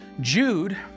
Jude